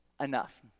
enough